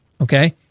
okay